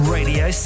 Radio